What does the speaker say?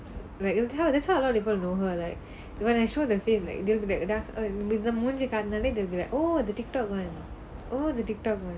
like you'll tell that's why a lot of people know her like when I show the face like they'll be like இந்த மூஞ்சி காமிச்சாலே:intha munji kaamichalae they'll be like oh the TikTok [one] oh the TikTok [one]